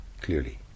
clearly